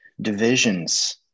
divisions